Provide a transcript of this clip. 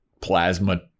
plasma